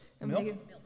Milk